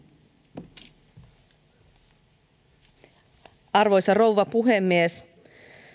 arvoisa rouva puhemies